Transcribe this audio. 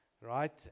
right